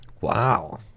Wow